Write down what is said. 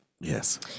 yes